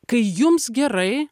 kai jums gerai